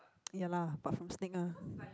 ya lah but from snake ah